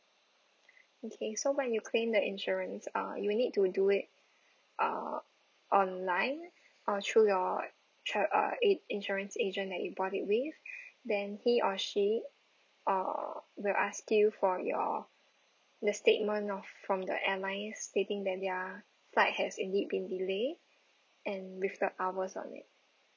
okay so when you claim the insurance uh you will need to do it uh online or through your tra~ uh in~ insurance agent that you bought it with then he or she err will ask you for your the statement of from the airline stating that their flight has indeed been delayed and with the hours on it